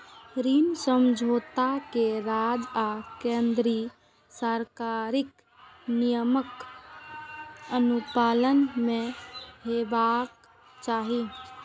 ऋण समझौता कें राज्य आ केंद्र सरकारक नियमक अनुपालन मे हेबाक चाही